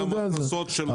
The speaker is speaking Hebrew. גם ההכנסות שלו יורדות.